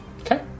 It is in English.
Okay